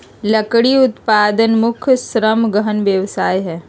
लकड़ी उत्पादन मुख्य श्रम गहन व्यवसाय हइ